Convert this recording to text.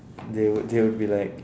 they would they would be like